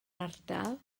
ardal